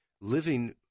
living